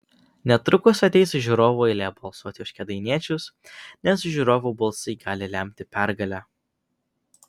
netrukus ateis žiūrovų eilė balsuoti už kėdainiečius nes žiūrovų balsai gali lemti pergalę